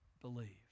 believe